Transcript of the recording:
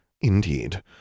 Indeed